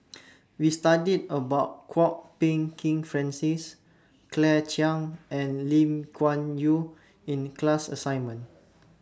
We studied about Kwok Peng Kin Francis Claire Chiang and Lim Kuan Yew in class assignment